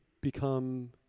become